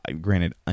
granted